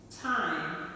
time